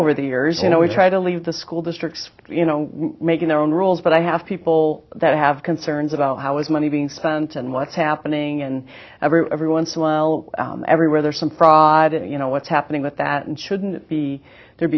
over the years you know we try to leave the school districts you know making their own rules but i have people that have concerns about how it's money being spent and what's happening and every once in awhile every where there's some fraud and you know what's happening with that and shouldn't be there